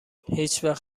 هیچوقت